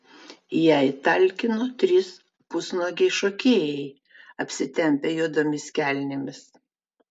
jai talkino trys pusnuogiai šokėjai apsitempę juodomis kelnėmis